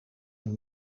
een